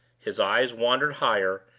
his eyes wandered higher,